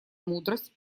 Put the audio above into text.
мудрость